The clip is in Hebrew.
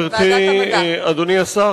אדוני השר,